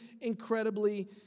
incredibly